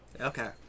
Okay